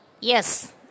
Yes